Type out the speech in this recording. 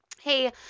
Hey